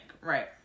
right